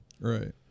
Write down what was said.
Right